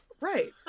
Right